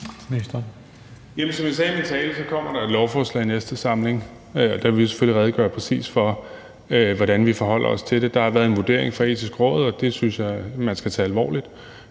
Som jeg sagde i min tale, kommer der et lovforslag i næste samling. Der vil vi selvfølgelig redegøre præcis for, hvordan vi forholder os til det. Der er kommet en vurdering fra Det Etiske Råd, og den synes jeg man skal tage alvorligt,